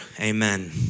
amen